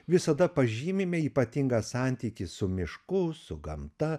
visada pažymime ypatingą santykį su mišku su gamta